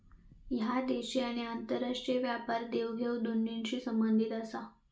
ह्या देशी आणि आंतरराष्ट्रीय व्यापार देवघेव दोन्हींशी संबंधित आसा